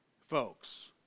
folks